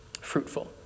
fruitful